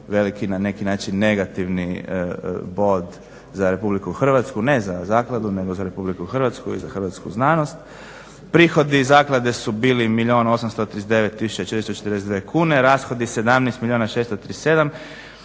veliki, na neki način negativni bod za RH, ne za zakladu nego za RH i za Hrvatsku znanost. Prihodi zaklade su bili 1 839 442 kune, rashodi 17 637.